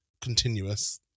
continuous